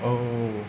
oh